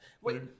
wait